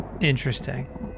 interesting